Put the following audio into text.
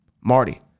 Marty